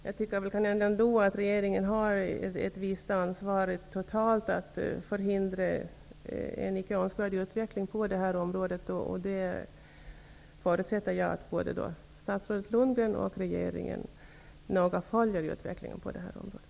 Det bör ändå nämnas att regeringen har ett visst ansvar totalt sett när det gäller att förhindra en icke önskvärd utveckling på det här området. Jag förutsätter att statsrådet och regeringen noga följer den här utvecklingen.